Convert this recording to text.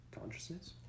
consciousness